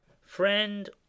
Friend